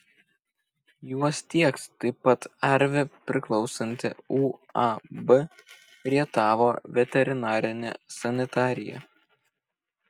juos tieks taip pat arvi priklausanti uab rietavo veterinarinė sanitarija